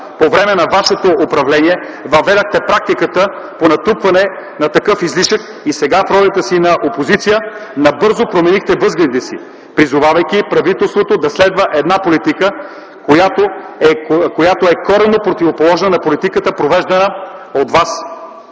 по време на вашето управление въведохте практиката по натрупване на такъв излишък и сега в ролята си на опозиция набързо променихте възгледите си, призовавайки правителството да следва една политика, която е коренно противоположна на политиката, провеждана от вас.